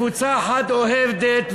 וקבוצה אחת אוהדת,